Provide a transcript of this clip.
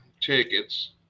tickets